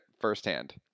firsthand